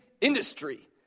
industry